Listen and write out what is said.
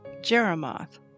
Jeremoth